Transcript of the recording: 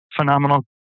phenomenal